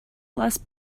less